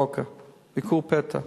לביקור פתע ב"סורוקה".